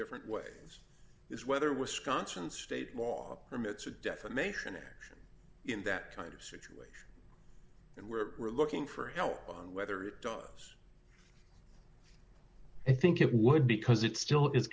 different ways is whether wisconsin state law permits a defamation action in that kind of situation and where we're looking for help on whether it does i think it would because it still i